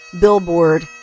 billboard